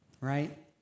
right